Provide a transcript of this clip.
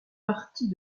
partie